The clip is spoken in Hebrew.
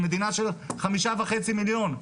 מדינה של 5,500,000 תושבים.